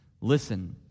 Listen